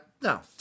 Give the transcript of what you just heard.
No